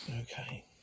Okay